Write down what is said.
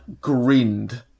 grinned